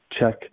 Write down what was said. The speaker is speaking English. check